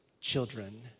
children